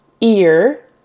ear